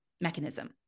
mechanism